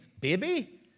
baby